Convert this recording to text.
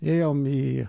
ėjom į